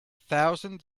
thousand